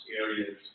areas